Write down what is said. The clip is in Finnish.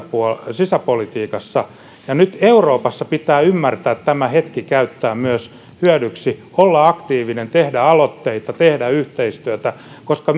sisäpolitiikassa ja nyt euroopassa pitää ymmärtää tämä hetki käyttää myös hyödyksi olla aktiivinen tehdä aloitteita tehdä yhteistyötä koska